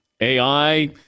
AI